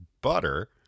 butter